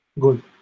Good